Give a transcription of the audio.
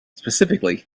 specifically